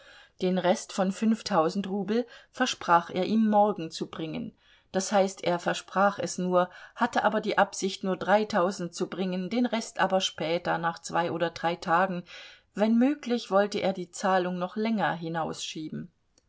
den rest von fünftausend rubel versprach er ihm morgen zu bringen d h er versprach es nur hatte aber die absicht nur dreitausend zu bringen den rest aber später nach zwei oder drei tagen wenn möglich wollte er die zahlung noch länger hinausschieben